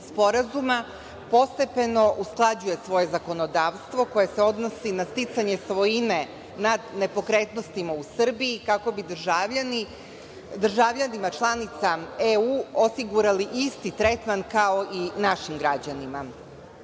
sporazuma postepeno usklađuje svoje zakonodavstvo koje se odnosi na sticanje svojine nad nepokretnostima u Srbiji kako bi državljanima članicama EU osigurali isti tretman kao i našim građanima. Mi